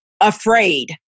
afraid